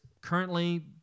currently